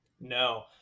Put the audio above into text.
No